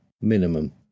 minimum